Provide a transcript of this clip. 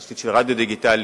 תשתית של רדיו דיגיטלי,